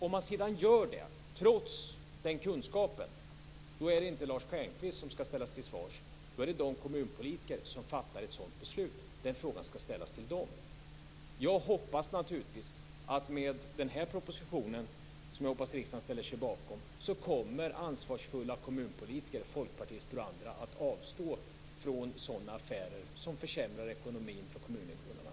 Om man sedan gör detta trots den kunskapen, då är det inte Lars Stjernkvist som skall ställas till svars utan de kommunpolitiker som fattar ett sådant beslut. Den frågan skall ställas till dem. Jag hoppas naturligtvis att ansvarsfulla kommunpolitiker - folkpartister och andra - med den här propositionen, som jag hoppas att riksdagen ställer sig bakom, kommer att avstå från sådana affärer som försämrar ekonomin för kommuninvånarna.